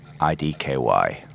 idky